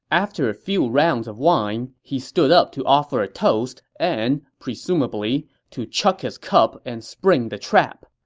after a few rounds of wine, he stood up to offer a toast and, presumably, to chuck his cup and spring the trap.